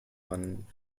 waren